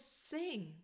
sing